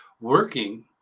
working